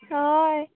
हय